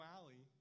Alley